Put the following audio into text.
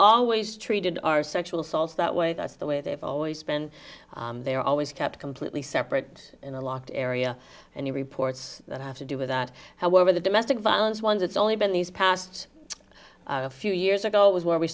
always treated our sexual assaults that way that's the way they've always been they're always kept completely separate in the locked area and the reports that have to do with that however the domestic violence ones it's only been these past few years ago it was where we